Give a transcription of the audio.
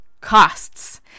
Costs